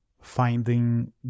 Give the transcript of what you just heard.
finding